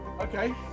Okay